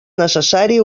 necessari